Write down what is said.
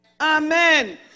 Amen